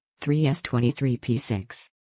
3s23p6